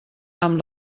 amb